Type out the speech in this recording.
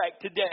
today